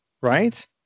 right